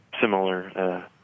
similar